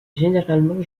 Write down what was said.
généralement